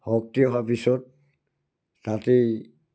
শক্তি অহাৰ পিছত তাতেই